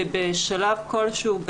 ובשלב כלשהו,